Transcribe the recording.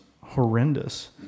horrendous